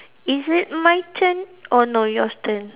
is it my turn or no your turn